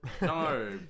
No